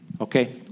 Okay